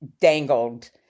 dangled